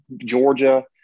Georgia